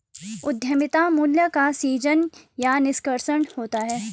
उद्यमिता मूल्य का सीजन या निष्कर्षण होता है